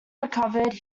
recovered